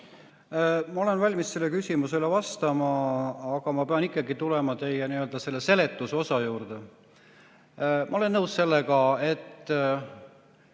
Ma olen valmis sellele küsimusele vastama, aga ma pean ikkagi tulema teie seletuse osa juurde. Ma olen nõus sellega, et